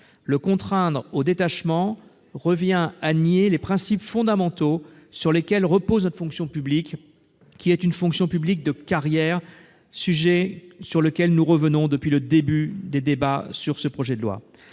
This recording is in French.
Le contraindre au détachement revient à nier les principes fondamentaux sur lesquels repose notre fonction publique, qui est une fonction publique de carrière, sujet sur lequel nous revenons depuis le début de l'examen de ce projet de loi.